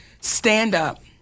stand-up